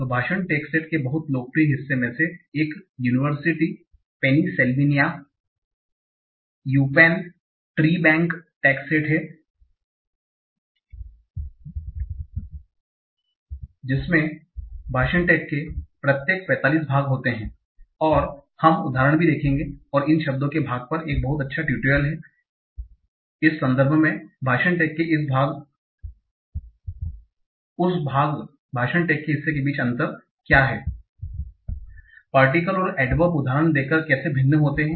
तो भाषण टैगसेट के बहुत लोकप्रिय हिस्से में से एक है university Pennsylvania UPenn treebank tagset हैं जिसमें भाषण टैग के प्रत्येक 45 भाग होते हैं और हम उदाहरण भी देखेंगे और इन शब्दों के भाग पर एक बहुत अच्छा ट्यूटोरियल हैं इस संधर्भ में है कि भाषण टैग के इस भाग उस भाषण टैग के हिस्से के बीच का अंतर क्या है पार्टिकल और एडवर्ब उदाहरण देकर कैसे भिन्न होते हैं